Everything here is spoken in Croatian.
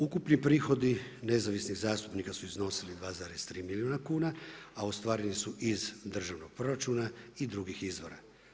Ukupni prihodi nezavisnih zastupnika su iznosili 2,3 milijuna kuna, a ostvareni su iz državnog proračuna i drugih izvora.